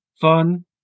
fun